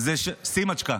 סימצ'קה.